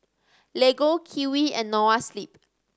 Lego Kiwi and Noa Sleep